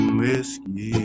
whiskey